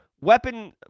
weapon